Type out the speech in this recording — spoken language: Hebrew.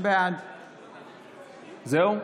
בעד זהו?